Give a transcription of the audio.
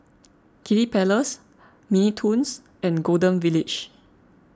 Kiddy Palace Mini Toons and Golden Village